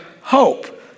hope